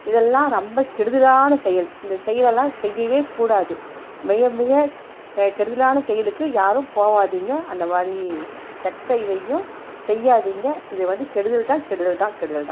இதெல்லாம் ரொம்ப கெடுதலான செயல் இந்த செயலெல்லாம் செய்யவே கூடாது மிக மிக கெடுதலான செயலுக்கு யாரும் போகாதீங்க அந்த மாதிரி கெட்ட இதையும் செய்யாதீங்க இது வந்து கெடுதல் தான் கெடுதல் தான் கெடுதல் தான்